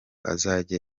azajye